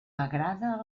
agrada